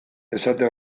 esate